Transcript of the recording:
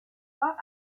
pas